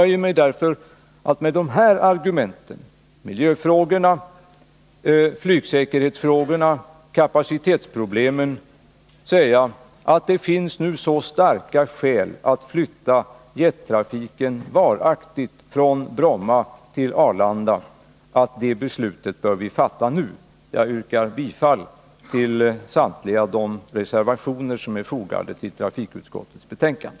Jag nöjer mig därför med att, mot bakgrund av de här anförda argumenten — det gäller alltså miljöfrågorna, flygsäkerhetsfrågorna och kapacitetsproblemen — säga att det finns så starka skäl för att varaktigt flytta jettrafiken från Bromma till Arlanda att vi nu bör fatta ett sådant beslut. Jag yrkar bifall till samtliga reservationer som är fogade vid trafikutskottets betänkande.